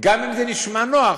גם אם זה נשמע נוח,